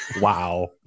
Wow